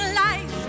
life